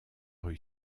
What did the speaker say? rue